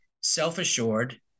self-assured